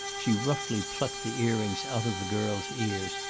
she roughly plucked the earrings out of the girl's ears.